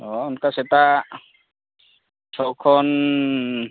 ᱦᱮᱸ ᱚᱱᱠᱟ ᱥᱮᱛᱟᱜ ᱪᱷᱚ ᱠᱷᱚᱱ